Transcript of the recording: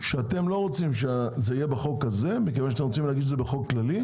שאתם לא רוצים שזה יהיה בחוק הזה כי אתם רוצים להגיש את זה בחוק כללי,